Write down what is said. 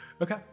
Okay